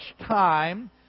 time